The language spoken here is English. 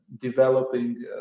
developing